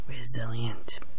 resilient